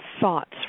thoughts